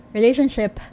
Relationship